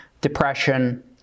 depression